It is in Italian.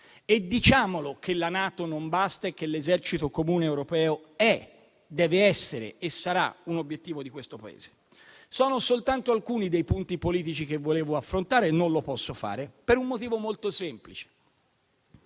e diciamolo che la NATO non basta e che l'esercito comune europeo è, deve essere e sarà un obiettivo di questo Paese. Questi sono soltanto alcuni dei punti politici che avrei voluto affrontare, ma non lo posso fare, per un motivo molto semplice: